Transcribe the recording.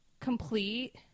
complete